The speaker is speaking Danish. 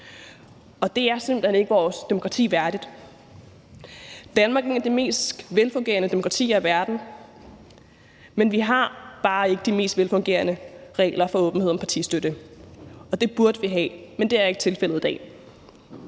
og det er simpelt hen ikke vores demokrati værdigt. Danmark er et af de mest velfungerende demokratier i verden, men vi har bare ikke de mest velfungerende regler for åbenhed om partistøtte – det burde vi have, men det er ikke tilfældet i dag.